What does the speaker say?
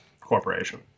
corporation